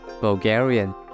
Bulgarian